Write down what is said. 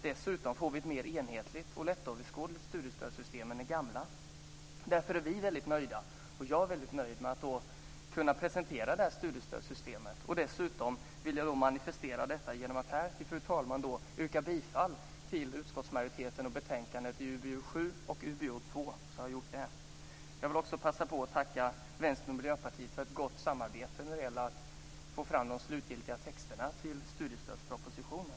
Vidare får vi ett mer enhetligt och lättöverskådligt studiestödssystem än det gamla. Därför är vi väldigt nöjda. Själv är jag väldigt nöjd med att kunna presentera det här studiestödssystemet. Dessutom vill jag manifestera detta genom att här, fru talman, yrka bifall till utskottsmajoritetens hemställan i betänkandena UbU7 Jag vill också passa på att tacka Vänsterpartiet och Miljöpartiet för ett gott samarbete när det gäller att få fram de slutgiltiga texterna till studiestödspropositionen.